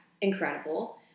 incredible